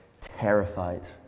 terrified